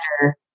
better